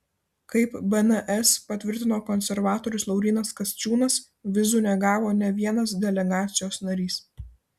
kaip bns patvirtino konservatorius laurynas kasčiūnas vizų negavo nė vienas delegacijos narys